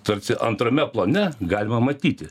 tarsi antrame plane galima matyti